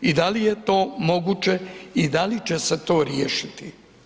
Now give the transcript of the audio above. I da li je to moguće i da li će se to riješiti?